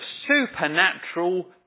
supernatural